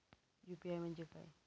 UPI म्हणजे काय?